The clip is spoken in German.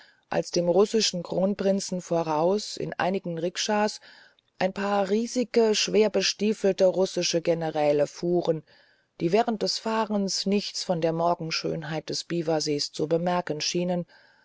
als dem russischen kronprinzen vorauf in einigen rikschas ein paar riesige schwerbestiefelte russische generäle fuhren die während des fahrens nichts von der morgenschönheit des biwasees zu bemerken schienen